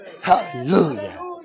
Hallelujah